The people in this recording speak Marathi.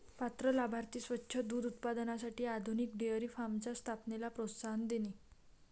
पात्र लाभार्थी स्वच्छ दूध उत्पादनासाठी आधुनिक डेअरी फार्मच्या स्थापनेला प्रोत्साहन देणे